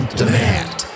demand